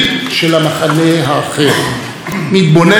מתבונן ביריבו ומגיב אליו.